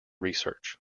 research